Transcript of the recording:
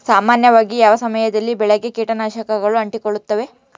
ಸಾಮಾನ್ಯವಾಗಿ ಯಾವ ಸಮಯದಲ್ಲಿ ಬೆಳೆಗೆ ಕೇಟನಾಶಕಗಳು ಅಂಟಿಕೊಳ್ಳುತ್ತವೆ?